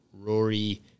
Rory